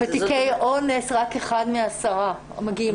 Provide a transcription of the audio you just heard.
ובתיקי אונס רק אחד מעשרה מגיעים לבית משפט.